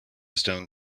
stone